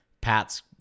Pat's